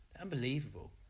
Unbelievable